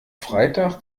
freitag